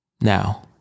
Now